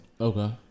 Okay